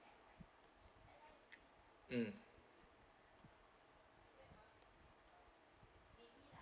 mm